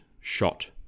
shot